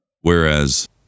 whereas